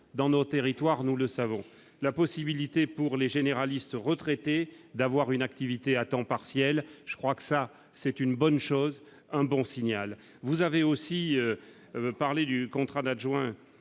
dans nos territoires, nous le savons, la possibilité pour les généralistes retraités d'avoir une activité à temps partiel, je crois que ça c'est une bonne chose, un bon signal, vous avez aussi parlé du contrat d'adjoint